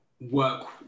work